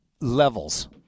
levels